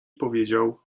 powiedział